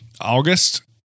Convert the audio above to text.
August